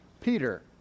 Peter